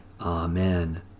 Amen